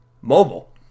Mobile